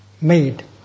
made